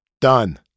done